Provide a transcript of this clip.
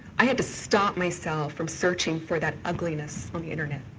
i had to stop myself from searching for that ugliness on the internet.